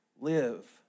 live